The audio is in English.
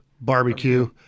barbecue